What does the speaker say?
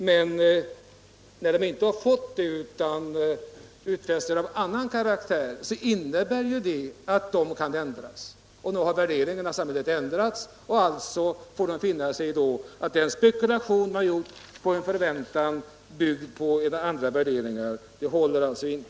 Men när markägarna bara har fått utfästelser av annan karaktär, kan det innebära att dessa utfästelser kan ändras. Om de ändras, får markägarna finna sig i att den spekulation de gjort inte håller.